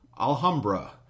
Alhambra